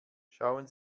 schauen